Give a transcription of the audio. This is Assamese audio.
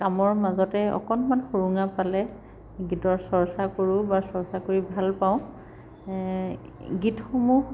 কামৰ মাজতে অকণমান সুৰুঙা পালে গীতৰ চৰ্চা কৰোঁ বা চৰ্চা কৰি ভাল পাওঁ গীতসমূহ